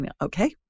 Okay